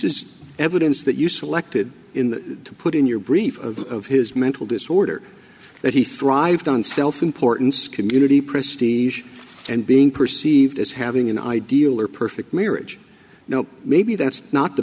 is evidence that you selected in the put in your brief of his mental disorder that he thrived on self importance community prestige and being perceived as having an ideal or perfect marriage no maybe that's not the